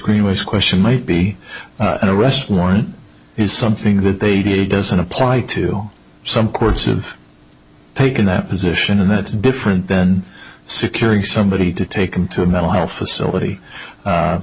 greenwich question might be an arrest warrant is something that they did doesn't apply to some course of taking that position and that's different than securing somebody to take them to a mental health facility